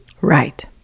right